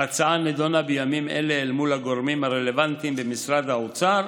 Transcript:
ההצעה נדונה בימים אלה אל מול הגורמים הרלוונטיים במשרד האוצר,